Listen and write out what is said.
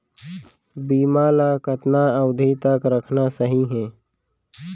बीमा ल कतना अवधि तक रखना सही हे?